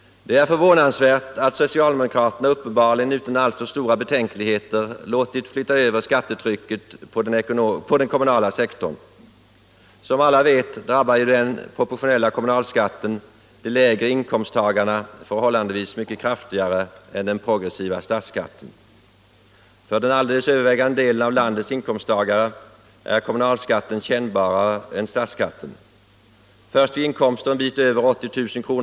Det är förvånansvärt att socialdemokraterna uppenbarligen utan alltför stora betänkligheter låtit flytta över skattetrycket på den kommunala sektorn. Som alla vet drabbar den proportionella kommunalskatten de lägre inkomsttagarna förhållandevis mycket kraftigare än den progressiva statsskatten. För den alldeles övervägande delen av landets inkomsttagare är kommunalskatten kännbarare än statsskatten. Först vid inkomster en bit över 80 000 kr.